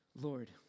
Lord